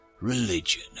religion